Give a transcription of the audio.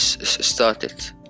started